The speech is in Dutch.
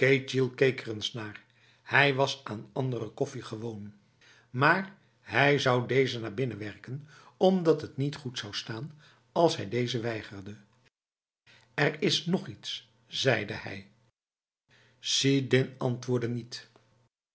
eens naar hij was aan andere koffie gewoon maar hij zou deze maar naar binnen werken omdat het niet goed zou staan als hij deze weigerde er is nog iets zeide hij sidin antwoordde niet